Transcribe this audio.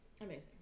Amazing